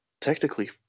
technically